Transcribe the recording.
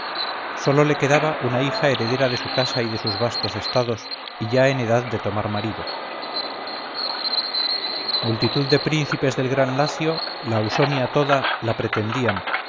sólo le quedaba una hija heredera de su casa y de sus vastos estados y ya en edad de tomar marido multitud de príncipes del gran lacio la ausonia toda la pretendían